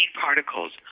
particles